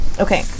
Okay